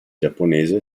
giapponese